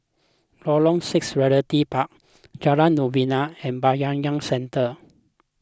Lorong six Realty Park Jalan Novena and Bayanihan Centre